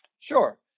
Sure